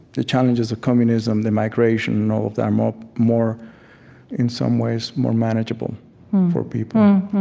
the challenges of communism, the migration, and all of that, um ah more in some ways, more manageable for people.